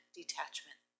detachment